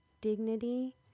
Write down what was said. dignity